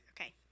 Okay